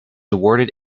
awarded